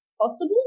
possible